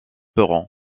perron